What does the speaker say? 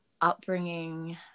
upbringing